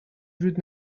جود